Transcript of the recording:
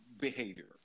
behavior